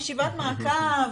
ישיבת מעקב,